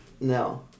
No